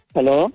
Hello